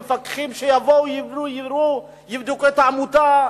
מפקחים שיבדקו את העמותה.